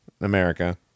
America